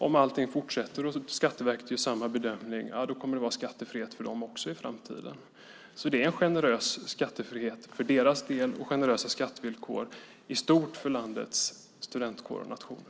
Om allting fortsätter och Skatteverket gör samma bedömning kommer det att vara skattefrihet för dem också i framtiden. Det är alltså en generös skattefrihet för deras del och generösa skattevillkor i stort för landets studentkårer och nationer.